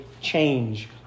change